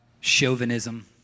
chauvinism